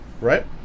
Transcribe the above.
Right